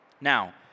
Now